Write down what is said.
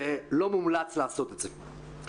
ולא מומלץ לעשות את זה.